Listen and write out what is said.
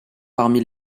parmi